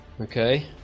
Okay